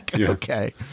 okay